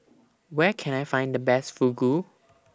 Where Can I Find The Best Fugu